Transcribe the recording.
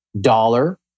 dollar